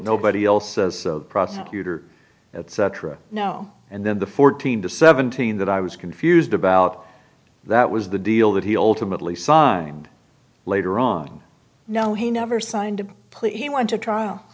nobody else as a prosecutor at cetera no and then the fourteen to seventeen that i was confused about that was the deal that he ultimately signed later on no he never signed a plea he went to trial